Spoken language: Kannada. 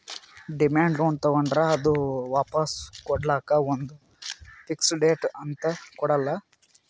ಡಿಮ್ಯಾಂಡ್ ಲೋನ್ ತಗೋಂಡ್ರ್ ಅದು ವಾಪಾಸ್ ಕೊಡ್ಲಕ್ಕ್ ಒಂದ್ ಫಿಕ್ಸ್ ಡೇಟ್ ಅಂತ್ ಕೊಡಲ್ಲ